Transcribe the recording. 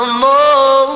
more